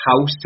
house